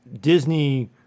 Disney